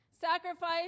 Sacrifice